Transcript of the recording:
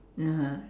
(uh huh)